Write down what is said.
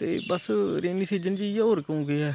ते बस rainy season च इ'यै होर क'ऊं केह् ऐ